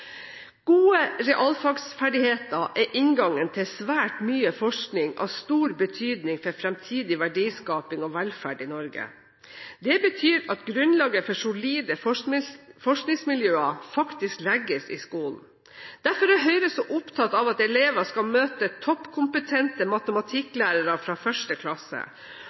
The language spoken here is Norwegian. Gode realfagsferdigheter er inngangen til svært mye forskning av stor betydning for fremtidig verdiskaping og velferd i Norge. Det betyr at grunnlaget for solide forskningsmiljøer faktisk legges i skolen. Derfor er Høyre så opptatt av at elever skal møte toppkompetente matematikklærere fra 1. klasse.